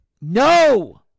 No